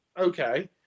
Okay